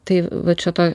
tai vat čia to